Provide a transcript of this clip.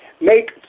make